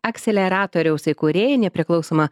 akseleratoriaus įkūrėja nepriklausoma